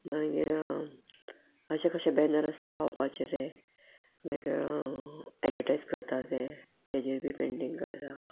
मागीर अशे कशे बॅनर आसता लावपाचे ते मागीर एडवटायज करता ते तेजेर बी पेंटींग काडला